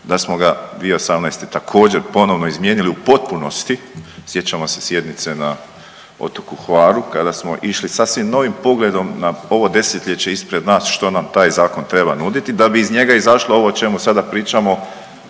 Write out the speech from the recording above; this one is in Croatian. da smo ga 2018. također, ponovno izmijenili u potpunosti, sjećamo se sjednice na otoku Hvaru kada smo išli sasvim novim pogledom na ovo desetljeće ispred nas što nam taj Zakon treba nuditi da bi iz njega izašlo ovo o čemu sada pričamo,